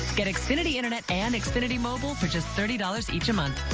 get xfinity internet and xfinity mobile for just thirty dollars each a month.